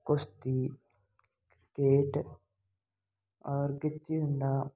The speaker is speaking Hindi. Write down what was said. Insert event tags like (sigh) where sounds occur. कुश्ती केट और (unintelligible)